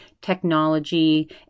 technology